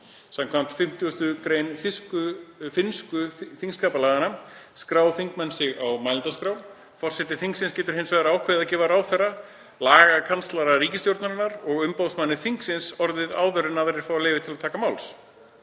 Samkvæmt 50. gr. finnsku þingskapalaganna skrá þingmenn sig á mælendaskrá. Forseti þingsins getur hins vegar ákveðið að gefa ráðherra, lagakanslara ríkisstjórnarinnar og umboðsmanni þingsins orðið áður en aðrir fá leyfi til að taka til